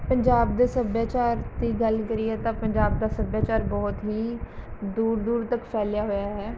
ਪੰਜਾਬ ਦੇ ਸੱਭਿਆਚਾਰ ਦੀ ਗੱਲ ਕਰੀਏ ਤਾਂ ਪੰਜਾਬ ਦਾ ਸੱਭਿਆਚਾਰ ਬਹੁਤ ਹੀ ਦੂਰ ਦੂਰ ਤੱਕ ਫੈਲਿਆ ਹੋਇਆ ਹੈ